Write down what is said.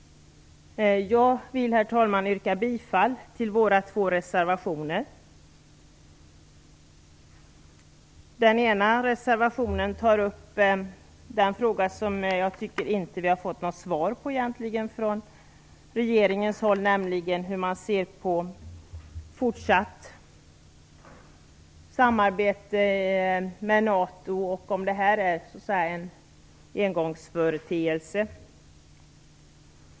Jag yrkar bifall till de två reservationer som vi är med på. I den ena reservationen tas en fråga upp som jag tycker att vi egentligen inte har fått något svar på från regeringen. Det gäller då frågan om hur man ser på ett fortsatt samarbete med NATO och om det här är en engångsföreteelse så att säga.